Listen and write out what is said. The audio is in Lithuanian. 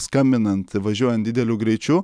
skambinant važiuojant dideliu greičiu